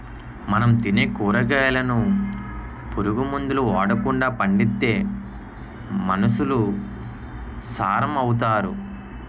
మనం తినే కూరగాయలను పురుగు మందులు ఓడకండా పండిత్తే మనుసులు సారం అవుతారు